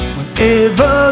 Whenever